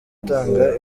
gutanga